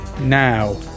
Now